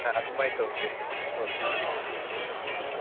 ꯑꯗꯨꯃꯥꯏ ꯇꯧꯁꯦ ꯍꯣꯏ ꯍꯣꯏ